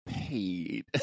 paid